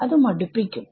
അത് മടുപ്പിക്കും